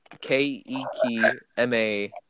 K-E-K-M-A